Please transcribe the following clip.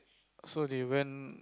so they went